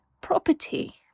property